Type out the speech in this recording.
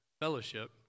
fellowship